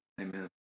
Amen